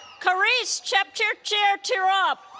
caryce chepchirchir tirop